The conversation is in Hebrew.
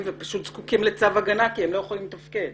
וצריכים צו הגנה כי הם לא יכולים לתפקד.